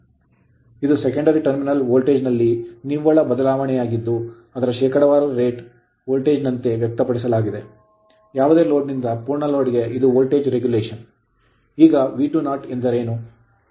ಆದ್ದರಿಂದ ಇದು secondary terminal voltage ನಲ್ಲಿ ನಿವ್ವಳ ಬದಲಾವಣೆಯಾಗಿದ್ದು ಅದರ ಶೇಕಡಾವಾರು ರೇಟ್ ವೋಲ್ಟೇಜ್ ನಂತೆ ವ್ಯಕ್ತಪಡಿಸಲಾದ ಯಾವುದೇ ಲೋಡ್ ನಿಂದ ಪೂರ್ಣ ಲೋಡ್ ಗೆ ಇದು ವೋಲ್ಟೇಜ್ regulation ನಿಯಂತ್ರಣವಾಗಿದೆ